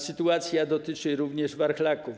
Sytuacja dotyczy również warchlaków.